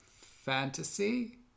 fantasy